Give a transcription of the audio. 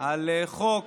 על חוק